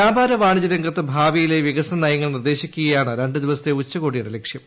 വ്യാപാര വാണിജ്യ രംഗത്ത് ഭാവിയിലെ വികസന നയങ്ങൾ നിർദ്ദേശിക്കുകയാണ് രണ്ട് ദിവസത്തെ ഉച്ചക്കോടിയുടെ ലക്ഷ്യം